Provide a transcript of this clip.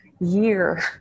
year